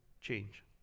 change